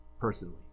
personally